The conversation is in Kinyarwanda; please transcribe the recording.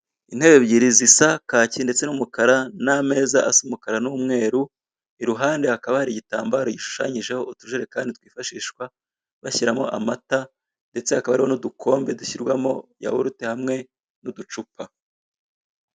Intebe ebyiri zisa kaki ndetse n'umukara n'ameza asa umukara n'umweru, iruhande hakaba hari igitambaro gishushanyijeho utujerekani twifashishwa bashyiramo amata, ndetse hakaba harimo n'udukombe dushyirwamo yawurute hamwe n'uducupa.